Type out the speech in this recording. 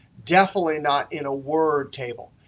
definitely not in a word table.